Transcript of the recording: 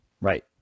Right